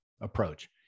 approach